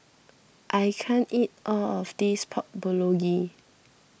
I can't eat all of this Pork Bulgogi